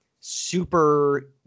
super